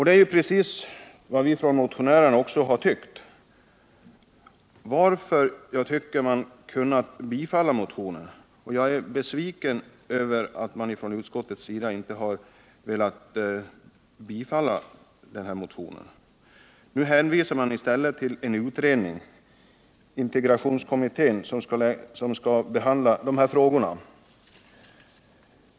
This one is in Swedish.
Det är ju precis vad vi motionärer också anser, och därför tycker jag att man hade kunnat tillstyrka motionen. Jag är besviken över att utskottet inte har velat göra det. Nu hänvisar man i stället till en utredning, integrationskommittén, som skall behandla dessa frågor.